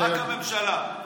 רק הממשלה.